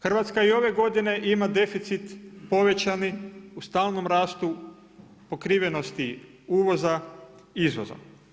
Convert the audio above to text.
Hrvatska i ove godine ima deficit povećani u stalnom rastu pokrivenosti uvoza izvozom.